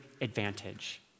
advantage